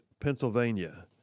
Pennsylvania